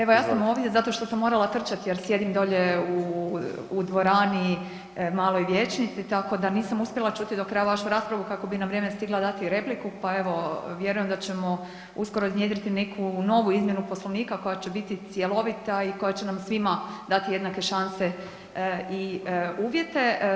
Evo ja sam ovdje zato što sam morala trčati jer sjedim dolje u dvorani, maloj vijećnici, tako da nisam uspjela čuti do kraja vašu raspravu kako bi na vrijeme stigla dati repliku, pa evo, vjerujem da ćemo uskoro iznjedriti neku novu izmjenu Poslovnika koja će biti cjelovita i koja će nam svima dati jednake šanse i uvjete.